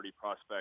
prospect